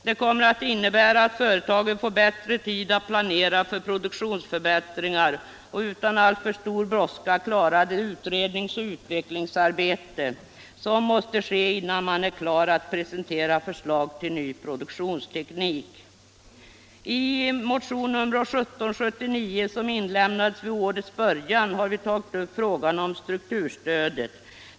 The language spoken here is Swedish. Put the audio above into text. Det kommer att innebära att företagen får mera tid att planera för produktionsförbättringar och utan alltför stor brådska kan klara det utredningsoch utvecklingsarbete som behövs innan man är klar att presentera förslag till en ny produktionsteknik. I motionen nr 1779, som inlämnades vid årets början, har vi tagit upp frågan om strukturstödet.